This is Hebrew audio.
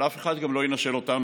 אבל אף אחד גם לא ינשל אותנו.